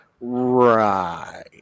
right